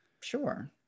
Sure